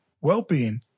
well-being